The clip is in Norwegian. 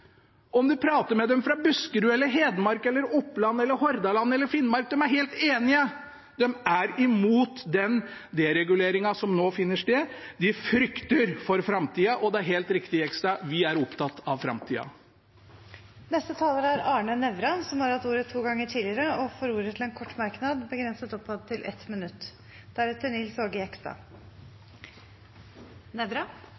Om en prater med dem fra Buskerud, Hedmark, Oppland, Hordaland eller Finnmark, er de helt enige. De er imot den dereguleringen som nå finner sted. De frykter for framtida, og det er helt riktig som Jegstad sa – vi er opptatt av framtida. Arne Nævra har hatt ordet to ganger tidligere og får ordet til en kort merknad, begrenset til 1 minutt.